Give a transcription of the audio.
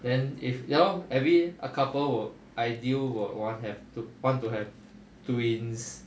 then if y'all every a couple will ideal will want have two want to have twins